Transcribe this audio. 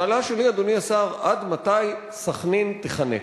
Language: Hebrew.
השאלה שלי, אדוני השר, עד מתי סח'נין תיחנק?